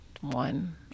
one